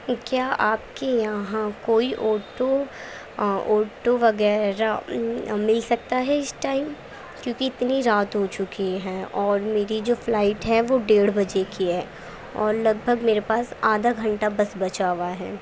کیا آپ کے یہاں کوئی آٹو آٹو وغیرہ مل سکتا ہے اس ٹائم کیونکہ اتنی رات ہو چکی ہے اور میری جو فلائٹ ہے وہ ڈیڑھ بجے کی ہے اور لگ بھگ میرے پاس آدھا گھنٹہ بس بچا ہوا ہے